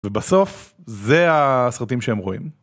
ובסוף זה הסרטים שהם רואים.